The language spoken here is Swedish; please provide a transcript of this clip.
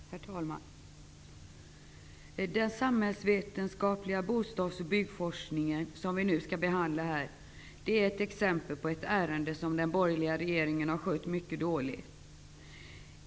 Herr talman! Den samhällsvetenskapliga bostadsoch byggforskningen, det ärende som vi nu skall behandla, är ett exempel på ett ärende som den borgerliga regeringen har skött mycket dåligt.